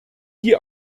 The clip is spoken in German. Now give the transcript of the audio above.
die